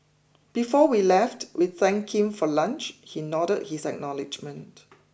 before we left we thanked him for lunch he nodded his acknowledgement